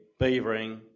beavering